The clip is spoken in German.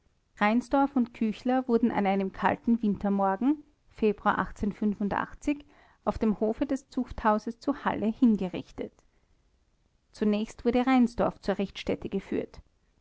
reinsdorf und küchler wurden an einem kalten wintermorgen auf dem hofe des zuchthauses zu halle a d s hingerichtet zunächst wurde reinsdorf zur richtstätte geführt